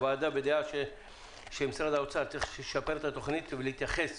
הוועדה בדעה שמשרד האוצר צריך לשפר את התכנית ולהתייחס